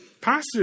passive